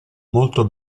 molto